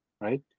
right